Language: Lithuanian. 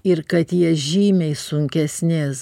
ir kad jie žymiai sunkesnės